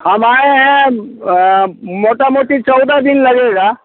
हम आएँ हैं मोटा मोटी चौदह दिन लगेगा